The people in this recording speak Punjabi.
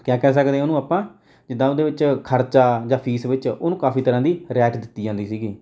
ਕਿਆ ਕਹਿ ਸਕਦੇ ਹਾਂ ਉਹਨੂੰ ਆਪਾਂ ਜਿੱਦਾਂ ਉਹਦੇ ਵਿੱਚ ਖਰਚਾ ਜਾਂ ਫੀਸ ਵਿੱਚ ਉਹਨੂੰ ਕਾਫੀ ਤਰ੍ਹਾਂ ਦੀ ਰਿਆਇਤ ਦਿੱਤੀ ਜਾਂਦੀ ਸੀਗੀ